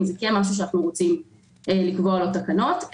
זה כן דבר שאנחנו רוצים לקבוע בתקנות.